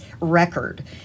record